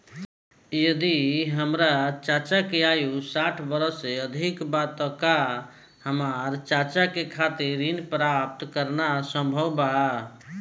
यदि हमार चाचा के आयु साठ वर्ष से अधिक बा त का हमार चाचा के खातिर ऋण प्राप्त करना संभव बा?